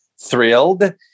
thrilled